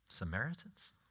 Samaritans